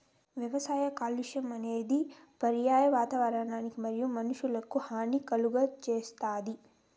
వ్యవసాయ కాలుష్యం అనేది పర్యావరణానికి మరియు మానవులకు హాని కలుగజేస్తాది